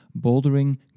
bouldering